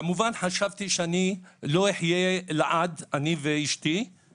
כמובן שחשבתי שאשתי ואני לא נחיה לעד ואני צריך